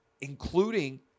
including